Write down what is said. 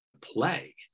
play